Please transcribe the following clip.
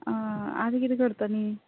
हय आतां कितें करतली